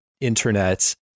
internet